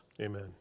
Amen